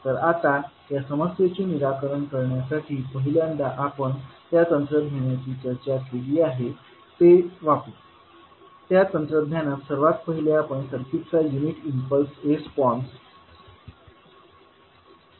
तर आता या समस्येचे निराकरण करण्यासाठी पहिल्यांदा आपण ज्या तंत्रज्ञानाची चर्चा केली आहे ते वापरू त्या तंत्रज्ञानात सर्वात पहिले आपण सर्किटचा युनिट इम्पल्स रिस्पॉन्स म्हणजे h शोधु